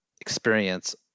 experience